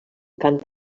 canta